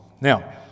Now